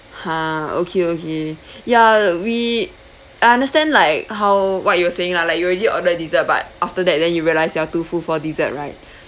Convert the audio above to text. !huh! okay okay ya we I understand like how what you were saying lah like you already order dessert but after that then you realised you are too full for dessert right